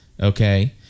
Okay